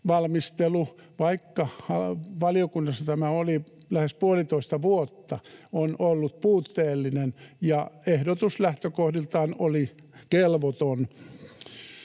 valmistelu, vaikka valiokunnassa tämä oli lähes puolitoista vuotta, on ollut puutteellinen, ja ehdotus lähtökohdiltaan oli kelvoton.